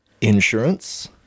insurance